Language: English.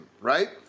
right